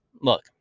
Look